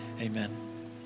amen